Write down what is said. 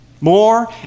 more